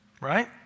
Right